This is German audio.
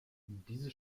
diese